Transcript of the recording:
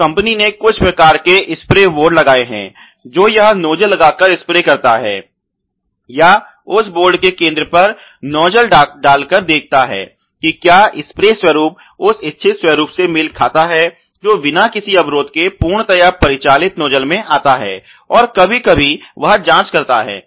तो कंपनी ने कुछ प्रकार के स्प्रे बोर्ड लगाए हैं जो यह नोजल लगाकर स्प्रे करता है या उस बोर्ड के केंद्र पर नोजल डालकर देखता है कि क्या स्प्रे स्वरूप उस इच्छित स्वरूप से मेल खाता है जो बिना किसी अवरोध के पूर्णतया परिचालित नोजल में आता है और कभी कभी वह जांच करता है